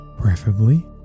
Preferably